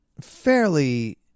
fairly